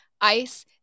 ice